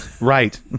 right